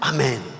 Amen